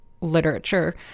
literature